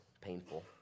painful